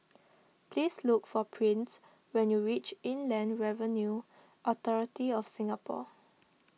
please look for Prince when you reach Inland Revenue Authority of Singapore